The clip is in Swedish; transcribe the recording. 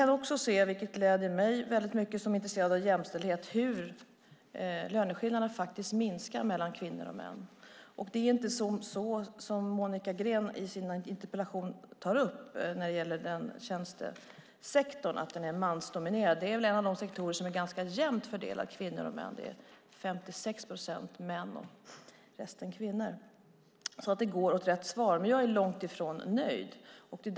Något som gläder mig som är intresserad av jämställdhet är att löneskillnaderna mellan kvinnor och män minskar. Det är inte som Monica Green skriver i sin interpellation att tjänstesektorn är mansdominerad. Det är en av de sektorer där fördelningen mellan kvinnor och män är ganska jämn. Det är 56 procent män och resten kvinnor. Det går åt rätt håll, men jag är långtifrån nöjd.